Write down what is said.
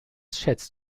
schätzt